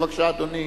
בבקשה, אדוני.